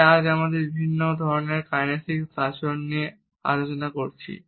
তাই আজ আমরা বিভিন্ন ধরনের কাইনেসিক আচরণ নিয়ে আলোচনা করেছি